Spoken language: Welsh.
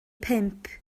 pump